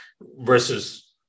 Versus